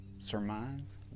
surmise